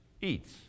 Eats